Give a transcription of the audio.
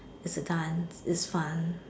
it's a dance it's fun